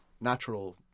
natural